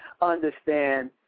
understand